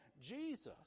Jesus